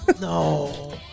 No